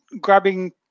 grabbing